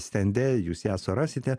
stende jūs ją surasite